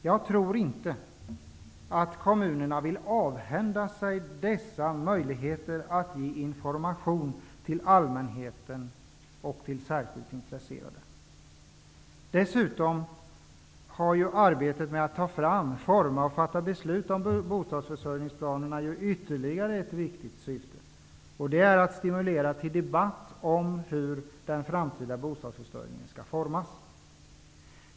Jag tror inte att kommunerna vill avhända sig möjligheten att ge information till allmänheten och andra intressenter. Arbetet med att ta fram, forma och fatta beslut om bostadsförsörjningsplanerna har ytterligare ett viktigt syfte, nämligen att stimulera till debatt om hur den framtida bostadsförsörjningen skall utformas.